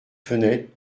fenêtre